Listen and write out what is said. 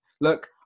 Look